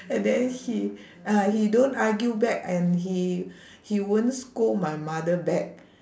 and then he ah he don't argue back and he he won't scold my mother back